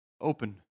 open